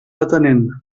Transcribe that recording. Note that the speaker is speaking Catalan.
atenent